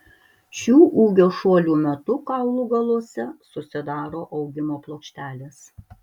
šių ūgio šuolių metu kaulų galuose susidaro augimo plokštelės